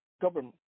government